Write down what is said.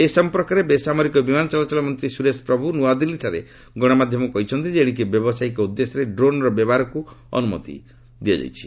ଏ ସଂପର୍କରେ ବେସାମରିକ ବିମାନ ଚଳାଚଳ ମନ୍ତ୍ରୀ ସୁରେଶ ପ୍ରଭୁ ନୂଆଦିଲ୍ଲୀଠାରେ ଗଣମାଧ୍ୟମକୁ କହିଛନ୍ତି ଯେ ଏଣିକି ବ୍ୟାବସାୟିକ ଉଦ୍ଦେଶ୍ୟରେ ଡ୍ରୋନ୍ର ବ୍ୟବହାରକୁ ଅନୁମତି ମିଳିବ